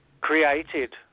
created